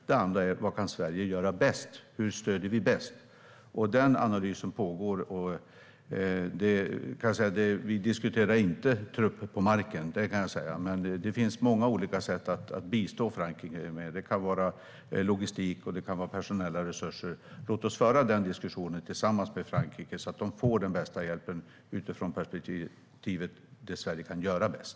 Den andra är: Vad kan Sverige göra bäst? Hur stöder vi bäst? Den analysen pågår. Vi diskuterar inte trupp på marken - det kan jag säga. Men det finns många olika sätt att bistå Frankrike. Det kan handla om logistik. Det kan handla om personella resurser. Låt oss föra den diskussionen tillsammans med Frankrike så att de får den bästa hjälpen utifrån vad Sverige kan göra bäst!